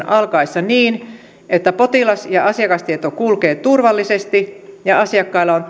alkaessa niin että potilas ja asiakastieto kulkee turvallisesti ja asiakkailla on